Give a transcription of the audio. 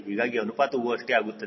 ಹೀಗಾಗಿ ಅನುಪಾತವು ಅಷ್ಟೇ ಆಗುತ್ತದೆ